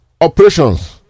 operations